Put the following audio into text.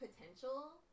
potential